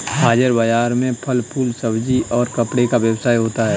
हाजिर बाजार में फल फूल सब्जी और कपड़े का व्यवसाय होता है